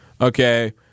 okay